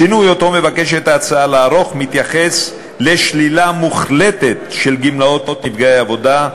השינוי שמבקשת ההצעה לערוך מתייחס לשלילה מוחלטת של גמלאות נפגעי עבודה,